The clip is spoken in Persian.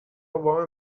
وام